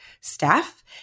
staff